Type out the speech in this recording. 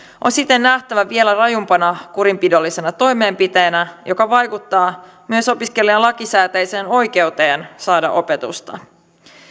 on siten nähtävä vielä rajumpana kurinpidollisena toimenpiteenä joka vaikuttaa myös opiskelijan lakisääteiseen oikeuteen saada opetusta